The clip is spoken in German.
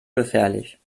gefährlich